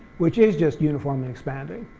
which is just uniformly expanding,